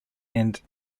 end